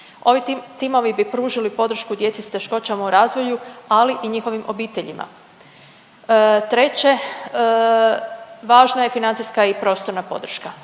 Ovi timovi bi pružili podršku djeci s teškoćama u razvoju, ali i njihovim obiteljima. Treće, važna je financijska i prostorna podrška.